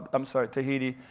i'm sorry, tahiti,